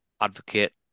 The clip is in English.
advocate